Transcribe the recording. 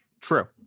True